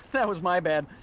that was my bad.